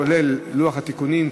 כולל לוח התיקונים.